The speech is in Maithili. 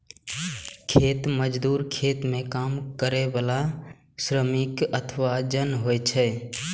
खेत मजदूर खेत मे काम करै बला श्रमिक अथवा जन होइ छै